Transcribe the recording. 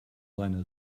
seine